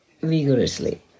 vigorously